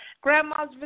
grandma's